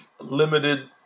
limited